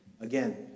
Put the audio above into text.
again